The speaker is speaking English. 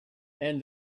and